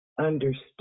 understood